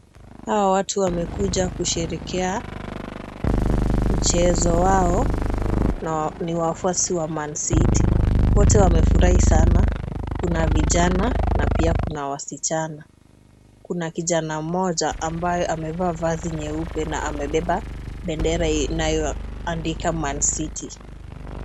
Hawa watu wamekuja kusherehekea mchezo wao na ni wafuasi wa Mancity. Wote wamefurahi sana. Kuna vijana na pia kuna wasichana. Kuna kijana mmoja ambaye amevaa vazi nyeupe na amebeba bendera inayoandikwa Mancity.